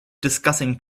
discussing